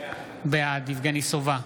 בעד יבגני סובה,